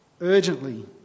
urgently